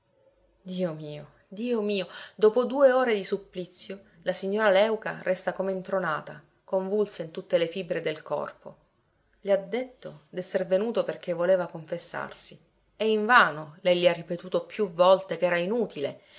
dio mio dio mio dopo due ore di supplizio la signora léuca resta come intronata convulsa in tutte le fibre del corpo le ha detto d'esser venuto perché voleva confessarsi e invano lei gli ha ripetuto più volte ch'era inutile